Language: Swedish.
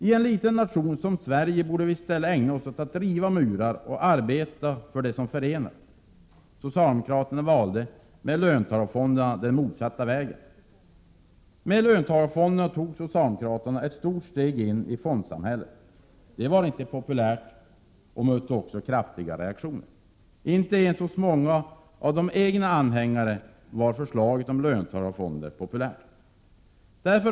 I en liten nation som Sverige borde vi i stället ägna oss åt att riva murar och arbeta för det som förenar. Socialdemokraterna valde med löntagarfonderna den motsatta vägen. Med löntagarfonderna tog socialdemokraterna ett stort steg in i fondsamhället. Det var inte populärt. Reaktionerna blev alltså kraftiga. Inte ens hos många av de egna anhängarna var förslaget om löntagarfonder populärt.